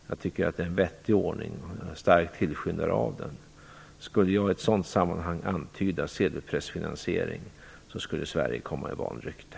Jag tycker att det är en vettig ordning. Jag är en stark tillskyndare av den. Skulle jag i ett sådant sammanhang antyda sedelpressfinansiering skulle Sverige komma i vanrykte.